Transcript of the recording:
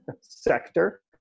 sector